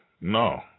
No